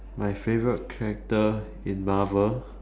my favourite character in marvel